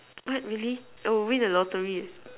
what really I would a lottery eh